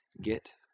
get